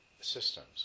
systems